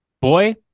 boy